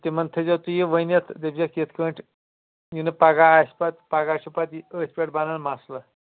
تِمن تھٲزیو تُہی یہِ ؤنِتھۍ دٔپہ زِیٚکھ یِتھ کٲنٹھ یہِ نہٕ پگاہ آسہ پَتہ پگاہ چُھ پَتہ أتھۍ پیٹھ بنان مَسلہ